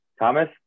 thomas